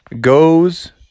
Goes